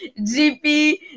GP